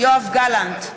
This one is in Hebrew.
יואב גלנט,